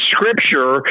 Scripture